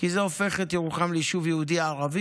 כי זה הופך את ירוחם לישוב יהודי-ערבי,